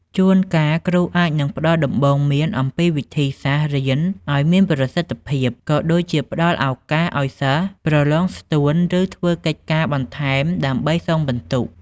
ជូនកាល គ្រូអាចនឹងផ្តល់ដំបូន្មានអំពីវិធីសាស្រ្តរៀនឲ្យមានប្រសិទ្ធភាព ក៏ដូចជាផ្តល់ឱកាសឲ្យសិស្ស ប្រឡងស្ទួន ឬធ្វើកិច្ចការបន្ថែមដើម្បីសងពិន្ទុ។